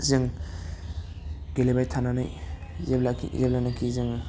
जों गेलेबाय थानानै जेब्लानाखि जोङो